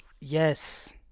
Yes